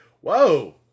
whoa